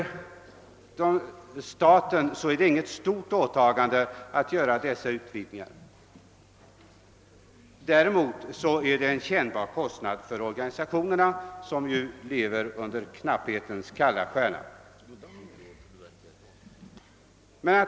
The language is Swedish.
För staten innebär det inget stort åtagande att utvidga olycksfallsskyddet till frivillig personal. Däremot medför nuvarande ordning en kännbar kostnad för organisationerna, som ju lever under knapphetens kalla stjärna.